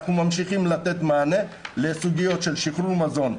אנחנו ממשיכים לתת מענה לסוגיות של שחרור מזון.